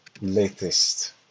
latest